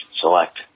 select